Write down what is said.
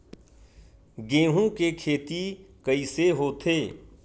गेहूं के खेती कइसे होथे?